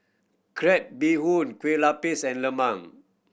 crab bee hoon kue lupis and lemang